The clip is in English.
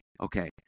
okay